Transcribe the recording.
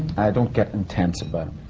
i don't get intense, but.